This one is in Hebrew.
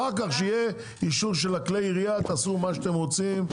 אחר כך שיהיה אישור כלי ירייה תעשו מה שאתם רוצים,